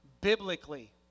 Biblically